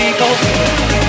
people